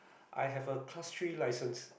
I have a class three license